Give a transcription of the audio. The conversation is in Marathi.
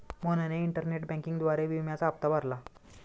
मोहनने इंटरनेट बँकिंगद्वारे विम्याचा हप्ता भरला